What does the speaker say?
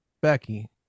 Becky